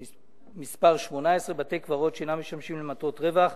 (מס' 18) (בתי-קברות שאינם משמשים למטרות רווח),